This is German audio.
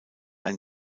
ein